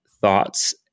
thoughts